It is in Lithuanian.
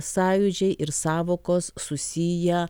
sąjūdžiai ir sąvokos susiję